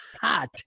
hot